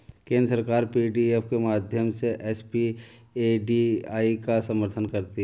केंद्र सरकार पी.डी.एफ के माध्यम से एस.पी.ए.डी.ई का समर्थन करती है